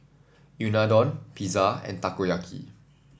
Unadon Pizza and Takoyaki